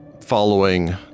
following